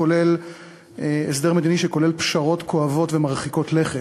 כולל הסדר מדיני שכולל פשרות כואבות ומרחיקות לכת.